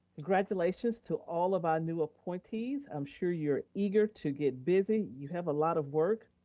congratulations to all of our new appointees. i'm sure you're eager to get busy, you have a lot of work,